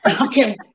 Okay